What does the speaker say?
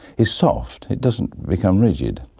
is soft, it doesn't become rigid,